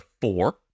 four